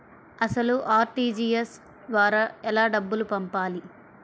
అసలు అర్.టీ.జీ.ఎస్ ద్వారా ఎలా డబ్బులు పంపాలి?